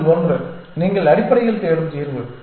அவற்றில் ஒன்று நீங்கள் அடிப்படையில் தேடும் தீர்வு